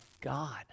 God